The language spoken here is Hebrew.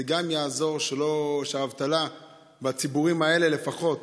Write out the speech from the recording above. זה גם יעזור שהאבטלה בציבורים האלה לפחות